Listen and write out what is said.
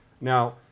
now